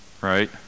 right